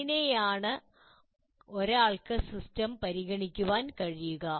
അങ്ങനെയാണ് ഒരാൾക്ക് സിസ്റ്റം പരിഗണിക്കാൻ കഴിയുക